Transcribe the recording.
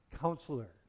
Counselor